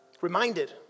Reminded